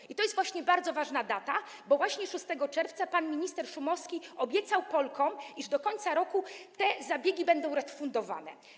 I to jest właśnie bardzo ważna data, bo 6 czerwca pan minister Szumowski obiecał Polkom, iż do końca roku te zabiegi będą refundowane.